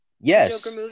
yes